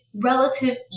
relative